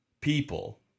people